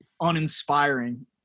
uninspiring